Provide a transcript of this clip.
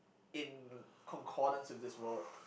in concordance with this world